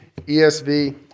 ESV